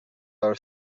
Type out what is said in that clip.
our